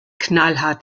knallhart